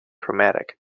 chromatic